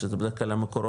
שזה בדרך כלל מקורות,